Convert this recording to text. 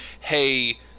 Hey